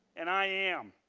and i am.